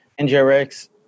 NGRX